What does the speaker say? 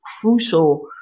crucial